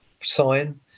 sign